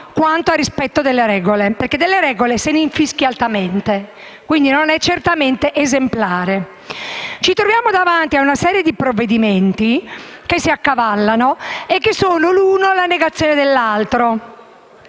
quanto a rispetto delle regole, perché delle regole se ne infischia altamente. Non è certamente esemplare. Ci troviamo davanti a una serie di provvedimenti che si accavallano e che sono uno la negazione dell'altro.